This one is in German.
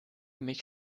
mich